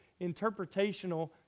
interpretational